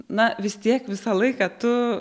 na vis tiek visą laiką tu